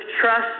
trust